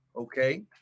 okay